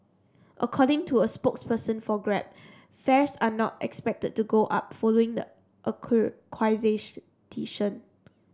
according to a spokesperson for Grab fares are not expected to go up following the